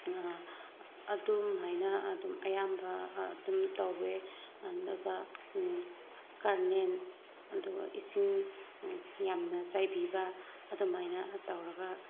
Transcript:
ꯑꯗꯨꯝꯍꯥꯏꯅ ꯑꯗꯨꯝ ꯑꯌꯥꯝꯕ ꯑꯗꯨꯝ ꯇꯧꯋꯦ ꯑꯗꯨꯒ ꯀꯥꯔꯅꯦꯜ ꯑꯗꯨꯒ ꯏꯁꯤꯡ ꯌꯥꯝꯅ ꯆꯥꯏꯕꯤꯕ ꯑꯗꯨꯃꯥꯏꯅ ꯇꯧꯔꯒ